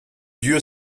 dieu